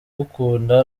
gukunda